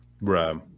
Right